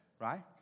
right